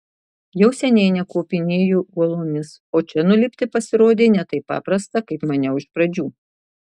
jau seniai nekopinėju uolomis o čia nulipti pasirodė ne taip paprasta kaip maniau iš pradžių